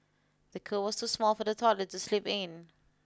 the cot was too small for the toddler to sleep in